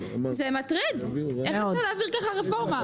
זה מטריד, איך אפשר להעביר ככה רפורמה?